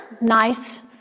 Nice